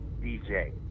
DJ